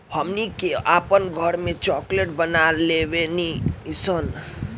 हमनी के आपन घरों में चॉकलेट बना लेवे नी सन